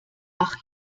ach